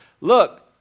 Look